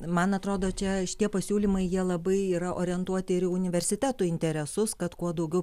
man atrodo čia šitie pasiūlymai jie labai yra orientuoti ir į universitetų interesus kad kuo daugiau